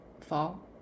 fall